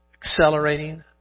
accelerating